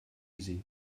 easy